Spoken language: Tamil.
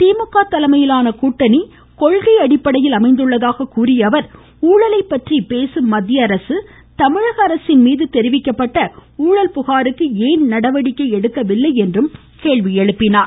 திமுக தலைமையிலான கூட்டணி கொள்கை அடிப்படையில் அமைந்துள்ளதாக கூறிய அவர் ஊழலைபற்றி பேசும் மத்தியஅரசு தமிழக அரசின்மீது தெரிவிக்கப்பட்ட ஊழல் புகாருக்கு ஏன் நடவடிக்கை எடுக்கவில்லை என்றும் அவர் கேள்வி எழுப்பினார்